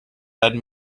lend